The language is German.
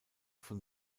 von